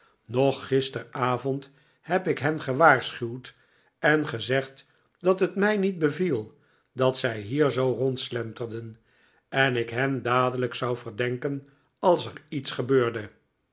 nog gisteravond heb ik hen gewaarschuwd en gezegd dat het mij niet beviel dat zij hier zoo rondslenterden en ik hen dadelijk zou verdenken als er iets gebeurde